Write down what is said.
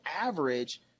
average